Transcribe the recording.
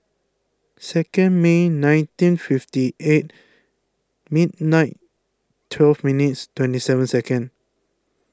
second May nineteen fifty eight midnight twelve minutes twenty seven second